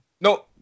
No